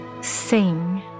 sing